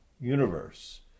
universe